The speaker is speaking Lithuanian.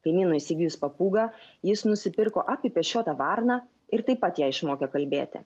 kaimynui įsigijus papūgą jis nusipirko apipešiotą varną ir taip pat ją išmokė kalbėti